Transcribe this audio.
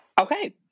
Okay